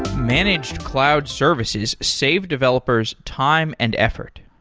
managed cloud services save developers time and effort.